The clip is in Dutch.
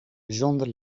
zonder